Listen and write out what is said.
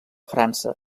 frança